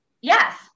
Yes